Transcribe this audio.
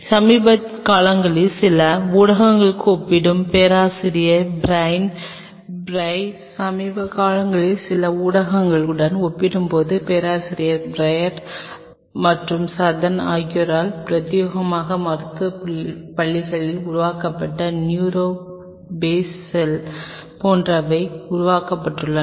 சமீபத்திய காலங்களில் சில ஊடகங்களுடன் ஒப்பிடும்போது பேராசிரியர் பிரையர் மற்றும் தெற்கு ஆகியோரால் பிரத்தியேகமாக மருத்துவப் பள்ளியில் உருவாக்கப்பட்ட நியூரோ பேஸ் செல் போன்றவை உருவாக்கப்பட்டுள்ளன